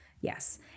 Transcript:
Yes